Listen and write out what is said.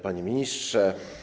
Panie Ministrze!